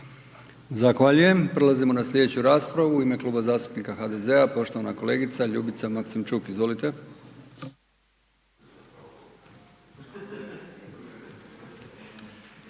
Zahvaljujem. Prelazimo na sljedeću raspravu. U ime Kluba zastupnika HDZ-a poštovana kolegica Ljubica Maksimčuk. Izvolite.